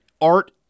art